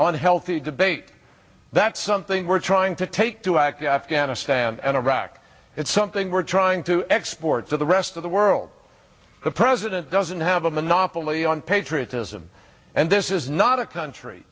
on healthy debate that something we're trying to take to act afghanistan and iraq it's something we're trying to export to the rest of the world the president doesn't have have a monopoly on patriotism and this is not a country